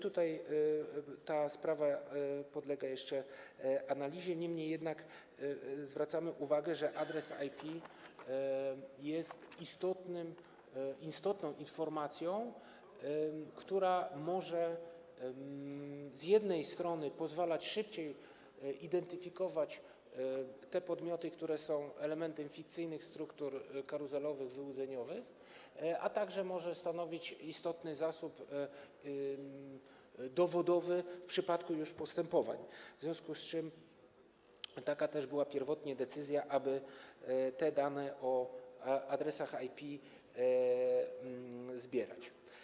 Ta sprawa podlega jeszcze analizie, niemniej jednak zwracamy uwagę, że adres IP jest istotną informacją, która może pozwalać szybciej identyfikować te podmioty, które są elementem fikcyjnych struktur karuzelowych, wyłudzeniowych, a także może stanowić istotny zasób dowodowy w przypadku postępowań, w związku z czym taka też była pierwotnie decyzja, aby te dane o adresach IP zbierać.